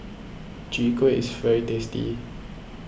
Chwee Kueh is very tasty